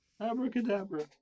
Abracadabra